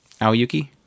Aoyuki